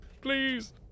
Please